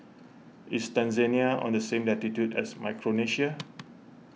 is Tanzania on the same latitude as Micronesia